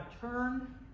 turn